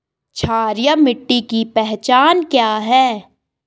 क्षारीय मिट्टी की पहचान क्या है?